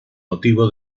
motivo